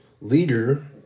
leader